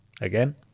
Again